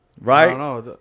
Right